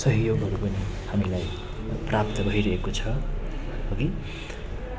सहयोगहरू पनि हामीलाई प्राप्त भइरहेको छ हगि